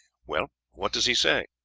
well, what does he say?